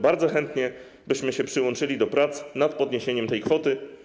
Bardzo chętnie byśmy się przyłączyli do prac nad podniesieniem tej kwoty.